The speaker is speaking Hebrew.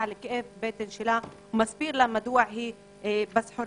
לכאב בטן שלה ומסביר לה מדוע היא בסחרור.